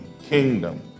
kingdom